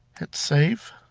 hit save.